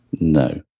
No